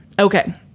Okay